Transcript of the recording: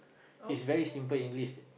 it's very simple English